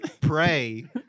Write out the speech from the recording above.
pray